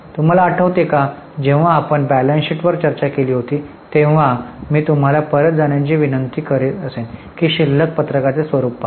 तुम्हाला आठवते काय जेव्हा आपण बॅलेन्स शीटवर चर्चा केली होती तेव्हा मी तुम्हाला परत जाण्याची विनंती करत असेन की शिल्लक पत्रकाचे स्वरूप पहा